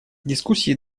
дискуссии